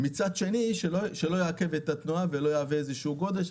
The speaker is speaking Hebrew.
ומצד שני כך שלא יעכב את התנועה ולא יגרום לגודש.